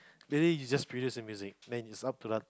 daily you just produce the music then it's up to